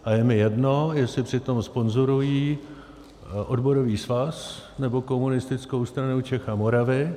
A je mi jedno, jestli při tom sponzorují odborový svaz nebo Komunistickou stranu Čech a Moravy.